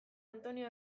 antonio